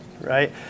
right